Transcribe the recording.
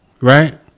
Right